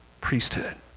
priesthood